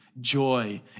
joy